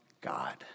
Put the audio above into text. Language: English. God